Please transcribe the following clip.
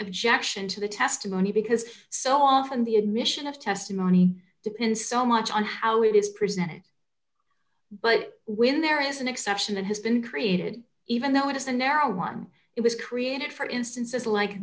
objection to the testimony because so often the admission of testimony depends so much on how it is presented but when there is an exception that has been created even though it is a narrow one it was created for instances like